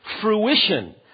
fruition